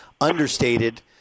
understated